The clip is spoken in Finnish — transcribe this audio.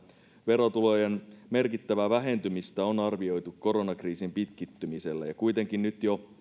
verotulojen merkittävää vähentymistä on arvioitu koronakriisin pitkittymisellä ja kuitenkin jo nyt